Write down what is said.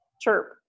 chirp